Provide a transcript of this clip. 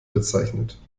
bezeichnet